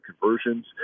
conversions